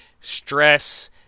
stress